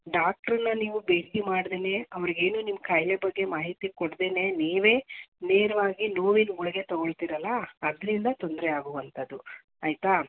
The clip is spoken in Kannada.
ಡಾಕ್ಟ್ರನ್ನು ನೀವು ಭೇಟಿ ಮಾಡ್ದೆಯೇ ಅವರಿಗೇನೂ ನಿಮ್ಮ ಕಾಯಿಲೆ ಬಗ್ಗೆ ಮಾಹಿತಿ ಕೊಡ್ದೆಯೇ ನೀವೇ ನೇರವಾಗಿ ನೋವಿನ ಗುಳಿಗೆ ತೊಗೊಳ್ತೀರಲ್ಲ ಅದರಿಂದ ತೊಂದರೆ ಆಗುವಂಥದ್ದು ಆಯ್ತಾ